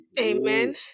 Amen